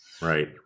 Right